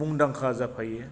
मुंदांखा जाफायो